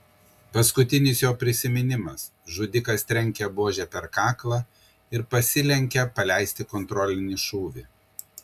paskutinis jo prisiminimas žudikas trenkia buože per kaklą ir pasilenkia paleisti kontrolinį šūvį